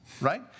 right